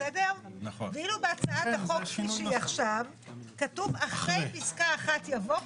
ואילו בהצעת החוק כפי שהיא עכשיו כתוב אחרי פסקה 1 יבוא.